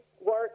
work